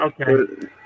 okay